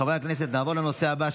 חברי הכנסת, נעבור לנושא הבא.